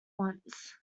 once